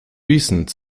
recent